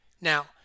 Now